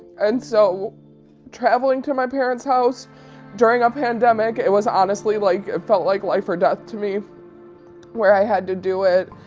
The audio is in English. and so traveling to my parents' house during a pandemic, it was honestly like, it felt like life or death to me where i had to do it,